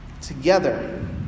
Together